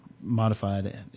modified